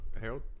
Harold